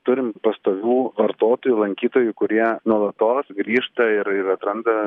turim pastovių vartotojų lankytojų kurie nuolatos grįžta ir ir atranda